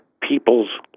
people's